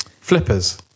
flippers